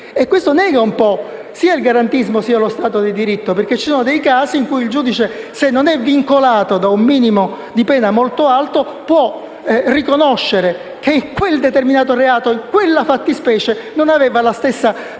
Questo nega un po' sia il garantismo, sia lo Stato di diritto perché ci sono casi in cui il giudice, se non è vincolato da un minimo di pena molto alto, può riconoscere che quel determinato reato e quella fattispecie non aveva la stessa capacità